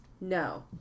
No